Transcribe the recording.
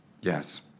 Yes